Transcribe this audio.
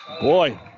Boy